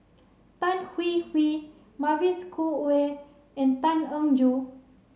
Tan Hwee Hwee Mavis Khoo Oei and Tan Eng Joo